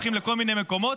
הולכים לכל מיני מקומות,